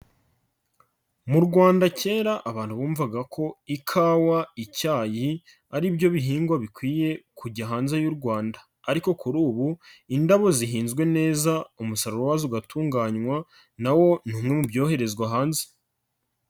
Mu Rwanda kera abantu bumvaga ko ikawa, icyayi ari byo bihingwa bikwiye kujya hanze y'u Rwanda, ariko kuri ubu indabo zihinzwe neza umusaruro wazo ugatunganywa, na wo ni umwe mu byoherezwa hanze.